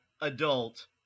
adult